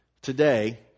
today